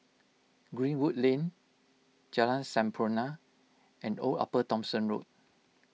Greenwood Lane Jalan Sampurna and Old Upper Thomson Road